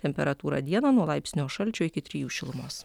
temperatūra dieną nuo laipsnio šalčio iki trijų šilumos